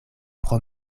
pro